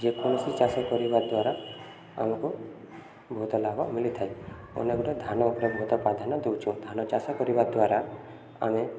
ଯେକୌଣସି ଚାଷ କରିବା ଦ୍ୱାରା ଆମକୁ ବହୁତ ଲାଭ ମିଳିଥାଏ ଅନେକ ଗୋଟେ ଧାନ ଉପରେ ବହୁତ ପ୍ରାଧାନ୍ୟ ଦଉଚୁଁ ଧାନ ଚାଷ କରିବା ଦ୍ୱାରା ଆମେ